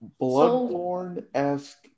Bloodborne-esque